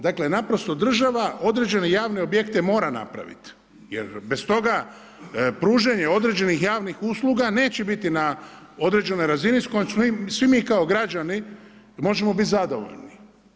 Dakle, naprosto država određene javne objekte mora napraviti jer bez toga pružanje određenih javnih usluga neće biti na određenoj razini s kojom svi mi kao građani možemo biti zadovoljni.